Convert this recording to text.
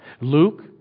Luke